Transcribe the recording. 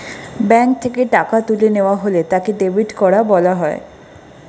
bank থেকে টাকা তুলে নেওয়া হলে তাকে ডেবিট করা বলা হয়